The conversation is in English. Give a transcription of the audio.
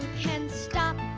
can stop